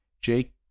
Jake